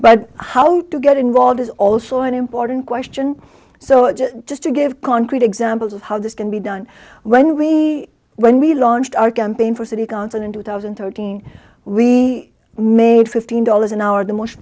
but how to get involved is also an important question so just to give concrete examples of how this can be done when we when we launched our campaign for city council in two thousand and thirteen we made fifteen dollars an hour the most